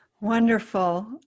Wonderful